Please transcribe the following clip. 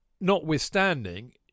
notwithstanding